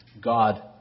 God